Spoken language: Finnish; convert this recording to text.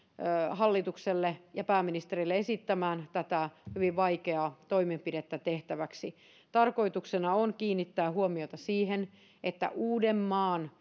hallitukselle ja pääministerille esittämään tätä hyvin vaikeaa toimenpidettä tehtäväksi tarkoituksena on kiinnittää huomiota siihen että uudenmaan